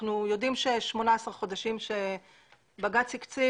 אנחנו יודעים ש-18 חודשים שבג"ץ הקציב